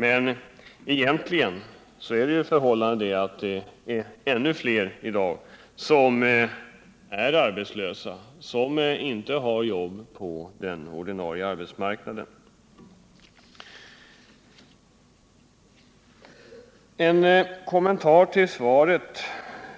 Men egentligen är förhållandet det att det i dag är ännu fler som är arbetslösa, som inte har jobb på den ordinarie arbetsmarknaden. Så en kommentar till interpellationssvaret.